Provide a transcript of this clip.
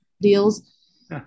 deals